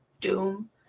Doom